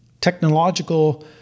technological